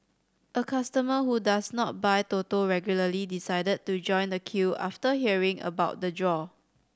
a customer who does not buy Toto regularly decided to join the queue after hearing about the draw